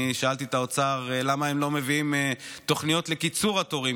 אני שאלתי את האוצר למה הם לא מביאים תוכניות לקיצור התורים,